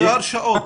זה הרשאות.